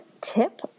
tip